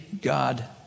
God